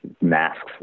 masks